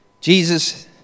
Jesus